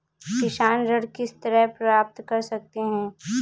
किसान ऋण किस तरह प्राप्त कर सकते हैं?